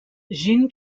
jean